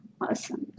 awesome